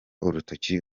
urutoki